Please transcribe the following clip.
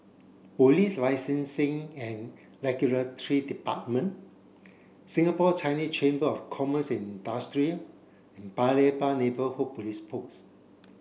Police Licensing and Regulatory Department Singapore Chinese Chamber of Commerce and Industry and Paya Lebar Neighbourhood Police Post